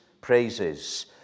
praises